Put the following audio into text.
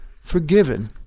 forgiven